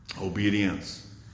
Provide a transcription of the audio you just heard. Obedience